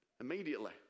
Immediately